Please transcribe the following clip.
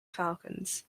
falcons